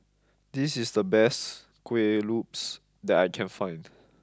this is the best Kuih Lopes that I can find